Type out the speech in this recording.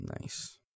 Nice